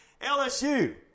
LSU